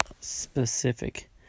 Specific